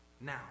Now